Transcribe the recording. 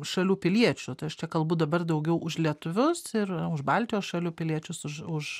šalių piliečių tai aš čia kalbu dabar daugiau už lietuvius ir už baltijos šalių piliečius už už